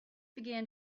began